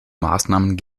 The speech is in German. maßnahmen